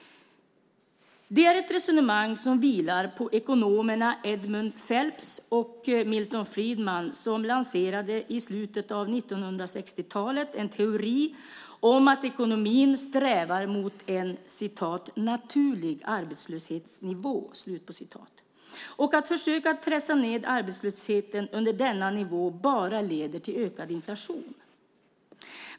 Det är ett resonemang som vilar på ekonomerna Edmund Phelps och Milton Friedman som i slutet av 60-talet lanserade en teori om att ekonomin strävar mot en "naturlig arbetslöshetsnivå" och att försök att pressa ned arbetslösheten under denna nivå bara leder till ökad inflation.